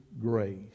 grace